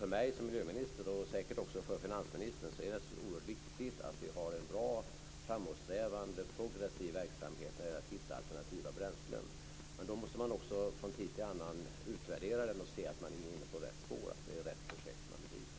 För mig som miljöminister, och säkert också för finansministern, är det oerhört viktigt att vi har en bra och framåtsträvande progressiv verksamhet när det gäller att hitta alternativa bränslen. Men då måste man också från tid till annan utvärdera den och se att man är inne på rätt spår och att det är rätt projekt som man bedriver.